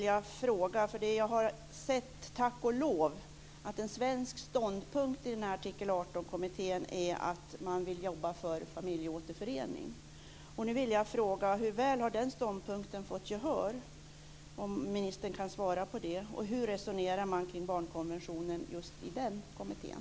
Jag har tack och lov sett att en svensk ståndpunkt i Artikel 18-kommittén är att man vill jobba för familjeåterförening. Nu vill jag fråga: Hur väl har den ståndpunkten fått gehör? Kan ministern svara på det? Och hur resonerar man kring barnkonventionen i just den kommittén?